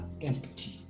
empty